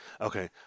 Okay